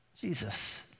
Jesus